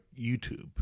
YouTube